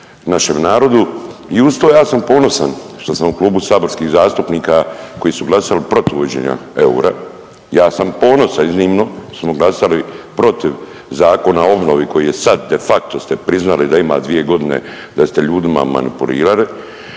našem narodu? I uz to ja sam ponosan što sam klubu saborskih zastupnika koji su glasali protiv uvođenja eura. Ja sam ponosan iznimno što smo glasali protiv Zakona o obnovi koji je sad de facto ste priznali da ima 2 godine da ste ljudima manipulirali.